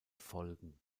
folgen